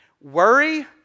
worry